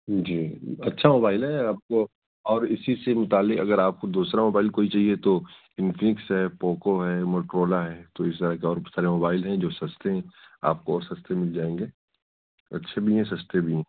جی اچھا موبائل ہے آپ کو اور اسی سے متعلق اگر آپ کو دوسرا موبائل کوئی چاہیے تو انفنیکس ہے پوکو ہے موٹرولا ہے تو اس طرح کے اور بہت سارے موبائل ہیں جو سستے ہیں آپ کو اور سستے مل جائیں گے اچھے بھی ہیں سستے بھی ہیں